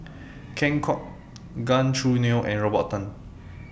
Ken Kwek Gan Choo Neo and Robert Tan